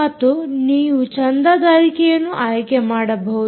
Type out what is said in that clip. ಮತ್ತು ನೀವು ಚಂದಾದಾರಿಕೆಯನ್ನು ಆಯ್ಕೆಮಾಡಬಹುದು